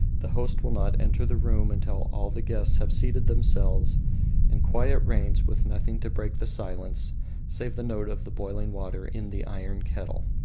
the host will not enter the room until all the guests have seated themselves and quiet reigns with nothing to break the silence save the note of the boiling water in the iron kettle.